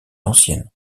ancienne